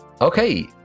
Okay